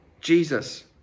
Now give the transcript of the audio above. Jesus